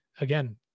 again